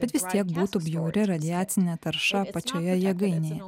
bet vis tiek būtų bjauri radiacinė tarša pačioje jėgainėje